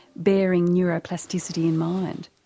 bearing neuroplasticity in mind?